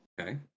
Okay